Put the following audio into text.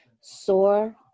sore